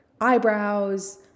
eyebrows